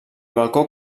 balcó